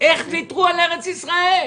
איך ויתרו על ארץ ישראל?